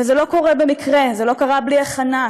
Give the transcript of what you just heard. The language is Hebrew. וזה לא קורה במקרה, זה לא קרה בלי הכנה.